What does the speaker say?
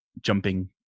jumping